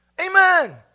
Amen